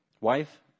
wife